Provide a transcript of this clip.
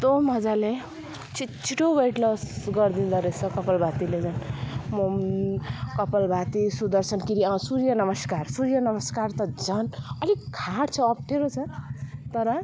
यस्तो मजाले छिटो छिटो वेट लस गरिदिँदा रहेछ कपाल भातीले झन् म पनि कपाल भाती सुदर्शन क्रिया अँ सूर्य नमस्कार सूर्य नमस्कार त झन् अलिक हार्ड छ अप्ठ्यारो छ तर